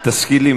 תזכיר לי,